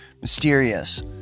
mysterious